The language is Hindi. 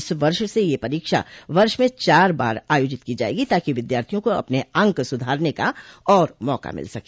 इस वर्ष से यह परीक्षा वर्ष में चार बार आयोजित की जायेगी ताकि विद्यार्थियों को अपने अंक सुधारने का और मौका मिल सके